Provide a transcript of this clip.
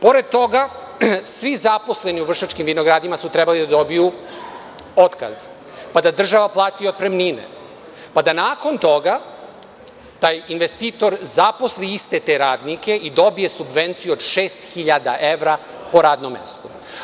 Pored toga, svi zaposleni u Vršačkim vinogradima su trebali da dobiju otkaz, pa da država plati otpremnine, pa da nakon toga taj investitor zaposli iste te radnike i dobije subvenciju od 6.000 evra po radnom mestu.